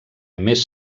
més